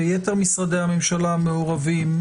יתר משרדי הממשלה המעורבים,